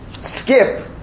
skip